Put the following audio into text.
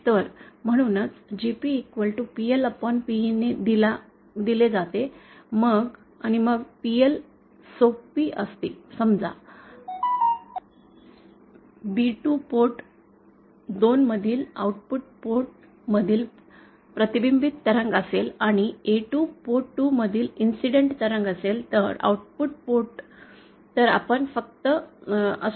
तर म्हणूनच GP PLPin दिले जाते आणि मग PL सोपी असते समजा B2 पोर्ट 2 मधील आउटपुट पोर्ट मधील प्रतिबिंबितं तरंग असेल आणि A2 पोर्ट 2 मधील इंसिडेन्ट तरंग असेल तर आउटपुट पोर्ट तर आपण फक्त असू